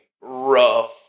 rough